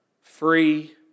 free